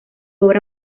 obra